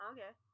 Okay